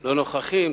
לא נוכחים,